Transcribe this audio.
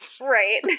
right